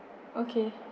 okay